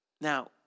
Now